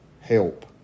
help